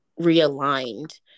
realigned